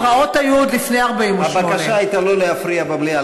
הפרעות היו עוד לפני 48'. הבקשה הייתה לא להפריע במליאה,